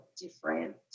different